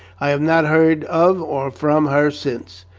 i have not heard of or from her since.